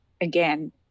again